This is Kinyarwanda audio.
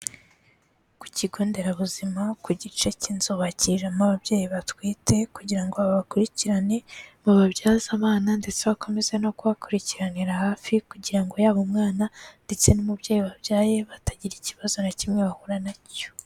Ku kigo nderabuzima ku gice cy'inzu bakiriramo ababyeyi batwite kugira ngo babakurikirane, bababyaze abana ndetse bakomeze no kubakurikiranira hafi, kugira ngo yaba umwana ndetse n'umubyeyi wabyaye batagira ikibazo nta kimwe bahura na cyo.